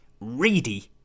Reedy